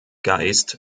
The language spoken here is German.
geist